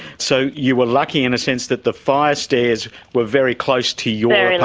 so you were lucky in a sense that the fire stairs were very close to your and